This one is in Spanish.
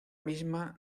misma